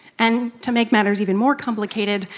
and to make matters even more complicated,